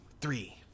three